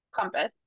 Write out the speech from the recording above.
compass